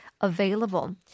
available